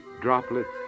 droplets